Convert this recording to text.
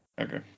Okay